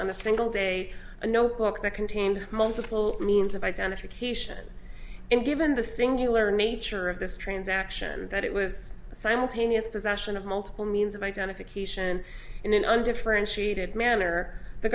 on a single day a notebook that contained multiple means of identification and given the singular nature of this transaction that it was a simultaneous possession of multiple means of identification in an undifferentiated manner the